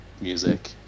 music